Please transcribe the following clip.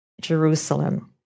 Jerusalem